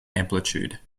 amplitude